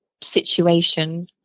situation